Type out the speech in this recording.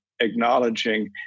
acknowledging